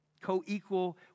Co-equal